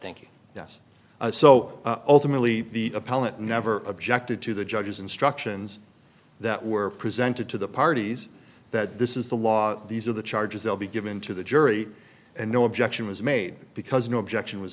thank you so ultimately the appellate never objected to the judge's instructions that were presented to the parties that this is the law these are the charges they'll be given to the jury and no objection was made because no objection was